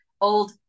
old